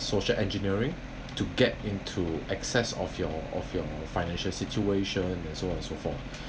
social engineering to get into access of your of your financial situation and so on and so forth